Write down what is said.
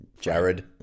jared